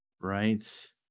Right